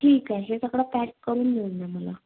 ठीक आहे हे सगळं पॅक करून घेऊन या मला